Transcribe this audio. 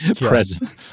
present